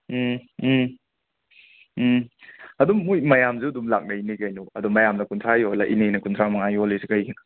ꯎꯝ ꯎꯝ ꯎꯝ ꯑꯗꯨꯝ ꯃꯣꯏ ꯃꯌꯥꯝꯁꯨ ꯑꯗꯨꯝ ꯂꯥꯛꯅꯩꯅꯦ ꯀꯩꯅꯣ ꯑꯗꯣ ꯃꯌꯥꯝꯅ ꯀꯨꯟꯊ꯭ꯔꯥ ꯌꯣꯜꯂ ꯏꯅꯦꯅ ꯀꯨꯟꯊ꯭ꯔꯥ ꯃꯉꯥ ꯌꯣꯜꯂꯤꯁꯦ ꯀꯩꯒꯤꯅꯣ